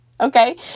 Okay